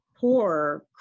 poor